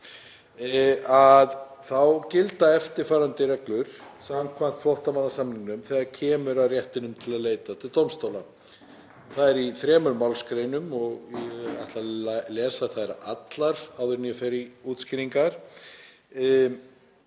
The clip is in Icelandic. að þá gilda eftirfarandi reglur samkvæmt flóttamannasamningnum þegar kemur að réttinum til að leita til dómstóla. Það er í þremur málsgreinum og ætla að lesa þær allar áður en ég fer í útskýringar.